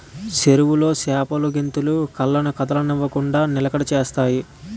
చెరువులో చేపలు గెంతులు కళ్ళను కదలనివ్వకుండ నిలకడ చేత్తాయి